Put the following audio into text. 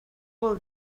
vol